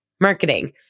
marketing